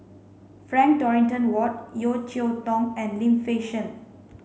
Frank Dorrington Ward Yeo Cheow Tong and Lim Fei Shen